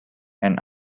and